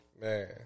Man